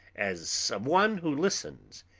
as of one who listens,